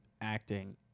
acting